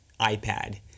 iPad